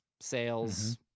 sales